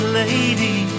lady